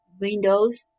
windows